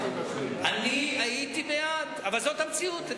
התקציב הזה, אני הייתי בעד, אבל זאת המציאות.